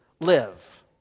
live